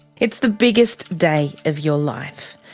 it's the biggest day of your life.